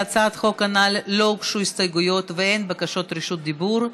להצעת החוק הנ"ל לא הוגשו הסתייגויות ואין בקשות רשות דיבור,